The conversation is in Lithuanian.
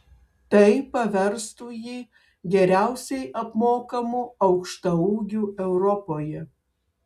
tai paverstų jį geriausiai apmokamu aukštaūgiu europoje